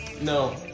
No